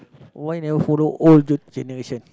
why never follow old dude generation